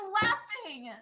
laughing